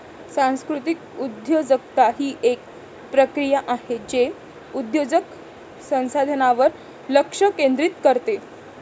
सांस्कृतिक उद्योजकता ही एक प्रक्रिया आहे जे उद्योजक संसाधनांवर लक्ष केंद्रित करते